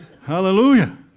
Hallelujah